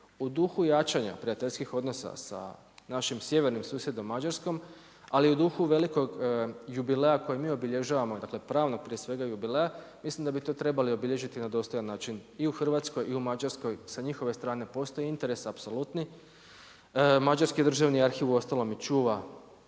U duhu jačanja prijateljskih odnosa sa našim sjevernim susjedom, Mađarskom, ali u duhu velikog jubileja koji mi obilježavamo, dakle pravno prije svega jubileja, mislim da bi to trebali obilježiti na dostojan način i u Hrvatskoj i u Mađarskoj, sa njihove strane postoji interes apsolutni, mađarski Državni arhiv uostalom i čuva